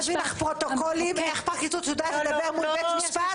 אני אתן לך פרוטוקולים איך הפרקליטות יודעת לדבר מול בית המשפט.